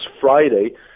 Friday